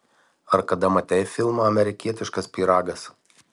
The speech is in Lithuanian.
ar kada matei filmą amerikietiškas pyragas